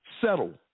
settle